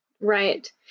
Right